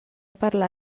parlar